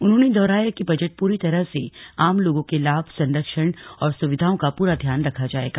उन्होंने दोहराया कि बजट पूरी तरह से आम लोगों के लाभ संरक्षण और सुविधाओं का पूरा ध्यान रखा जाएगा